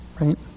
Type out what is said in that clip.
right